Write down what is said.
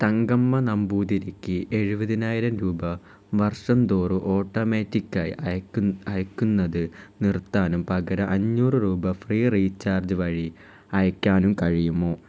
തങ്കമ്മ നമ്പൂതിരിക്ക് എഴുപതിനായിരം രൂപ വർഷന്തോറും ഓട്ടോമാറ്റിക്കായി അയക്കാൻ അയക്കുന്നത് നിർത്താനും പകരം അഞ്ഞൂറ് രൂപ ഫ്രീ റീചാർജ് വഴി അയക്കാനും കഴിയുമോ